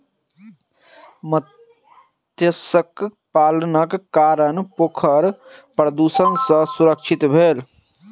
मत्स्य पालनक कारणेँ पोखैर प्रदुषण सॅ सुरक्षित भेल